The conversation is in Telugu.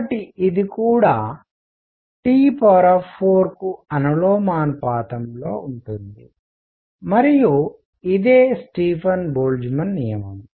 కాబట్టి ఇది కూడా T4 కు అనులోమానుపాతంలో ఉంటుంది మరియు ఇదే స్టీఫన్ బోల్ట్జ్మాన్ నియమం